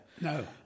No